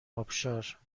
آبشار